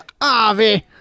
Avi